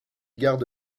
garde